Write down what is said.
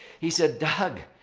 he said, doug,